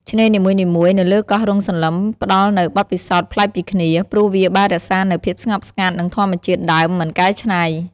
ឆ្នេរនីមួយៗនៅលើកោះរ៉ុងសន្លឹមផ្តល់នូវបទពិសោធន៍ប្លែកពីគ្នា ព្រោះវាបានរក្សានូវភាពស្ងប់ស្ងាត់ និងធម្មជាតិដើមមិនកែច្នៃ។